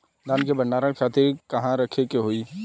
धान के भंडारन खातिर कहाँरखे के होई?